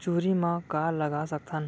चुहरी म का लगा सकथन?